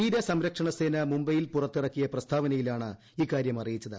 തീര സംരക്ഷണസേന മുംബൈയിൽ പുറത്തിറക്കിയ പ്രസ്താവനയിലാണ് ഇക്കാര്യം അറിയിച്ചത്